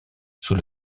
sous